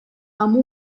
amb